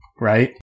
right